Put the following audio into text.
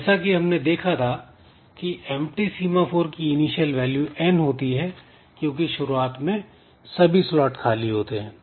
जैसा कि हमने देखा था कि एंप्टी सीमा फोर की इनिशियल वैल्यू n होती है क्योंकि शुरुआत में सभी स्लॉट खाली होते हैं